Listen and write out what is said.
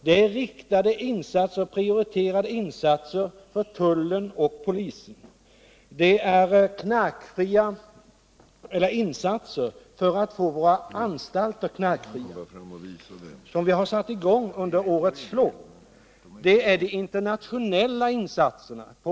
Propositionen föreslår också riktade insatser som berör tullen och polisen, liksom insatser för att få våra anstalter knarkfria. När det gäller polisen och tullen handlar det också om internationella insatser.